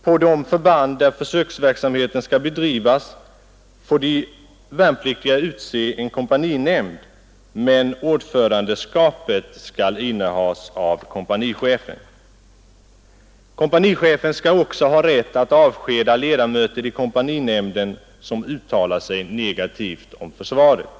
På de förband där försöksverksamheten skall bedrivas får de värnpliktiga utse en kompaninämnd, men ordförandeskapet skall innehas av kompanichefen, som också skall ha rätt att avskeda ledamöter i nämnden, som uttalar sig negativt om försvaret.